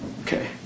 Okay